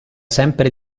sempre